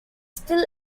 still